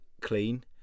clean